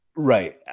Right